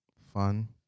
Fun